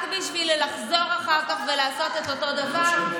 רק בשביל לחזור אחר כך ולעשות את אותו דבר?